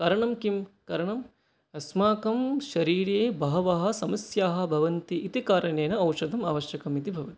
कारणं किं कारणम् अस्माकं शरीरे बहवः समस्याः भवन्ति इति कारणेन औषधम् आवश्यम् इति भवति